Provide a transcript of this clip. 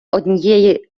однієї